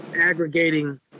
aggregating